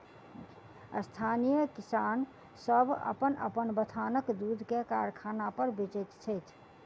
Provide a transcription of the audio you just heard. स्थानीय किसान सभ अपन अपन बथानक दूध के कारखाना पर बेचैत छथि